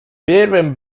первым